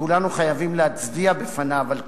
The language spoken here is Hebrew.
וכולנו חייבים להצדיע בפניו על כך,